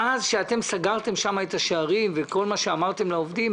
מאז שאתם סגרתם במפעל את השערים וכל מה שאמרתם לעובדים,